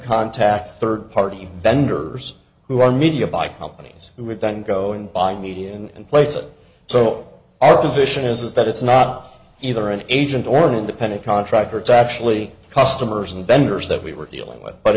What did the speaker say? contact third party vendors who run media by companies who would then go and buy media and place it so our position is that it's not either an agent or an independent contractor to actually customers and vendors that we were dealing with but